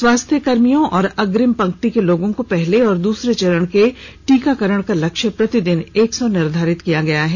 स्वास्थ्य कर्मियों और अग्निम पंक्ति के लोगों को पहले और दूसरे चरण के टीकाकरण का लक्ष्य प्रतिदिन एक सौ निर्धारित किया गया है